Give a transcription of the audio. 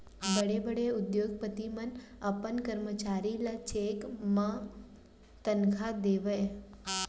बड़े बड़े उद्योगपति मन अपन करमचारी ल चेक म तनखा देवय